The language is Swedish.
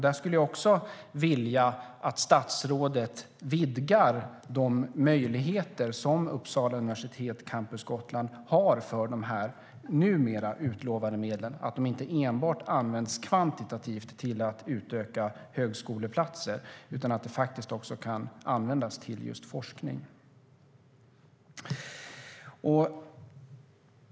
Jag skulle vilja att statsrådet vidgar de möjligheter som Uppsala universitet - Campus Gotland har med de numera utlovade medlen, så att de inte enbart kan användas kvantitativt till att utöka antalet högskoleplatser utan också kan användas till just forskning.